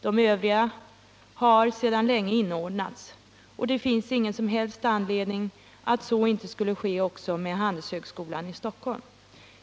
De övriga har sedan länge inordnats, och det finns ingen som helst anledning att så inte skulle ske också med Handelshögskolan i Stockholm.